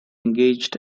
engaged